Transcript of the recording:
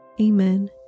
Amen